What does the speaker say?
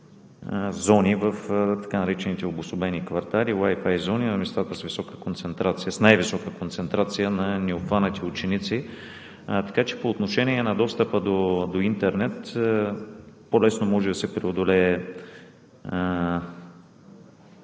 зони, в така наречените обособени квартали, Wi-Fi зони на местата с най-висока концентрация на необхванати ученици. Така че по отношение на достъпа до интернет по-лесно може да се преодолее